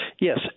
Yes